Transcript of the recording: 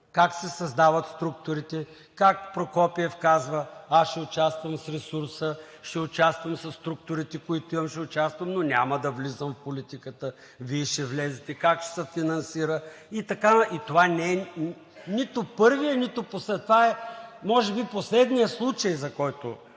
как се създават структурите, как Прокопиев казва: „Аз ще участвам с ресурса, ще участвам със структурите, които имам, ще участвам, но няма да влизам в политиката, Вие ще влезете“, как ще се финансира и така нататък. И това не е нито първият, нито последният – това може би е последният случай, в който